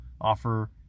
offer